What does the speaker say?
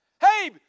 Hey